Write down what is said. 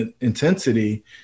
intensity